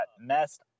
messed